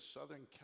Southern